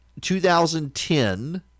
2010